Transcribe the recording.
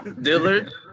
Dillard